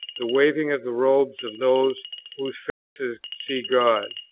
the waving of the robes of those whose faces see god.